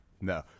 No